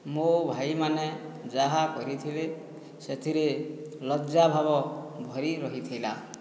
ମୋ ଭାଇମାନେ ଯାହା କରିଥିଲେ ସେଥିରେ ଲଜ୍ଜାଭାବ ଭରି ରହିଥିଲା